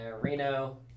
Reno